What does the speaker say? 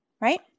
Right